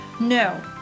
No